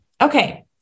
okay